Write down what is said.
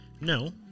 No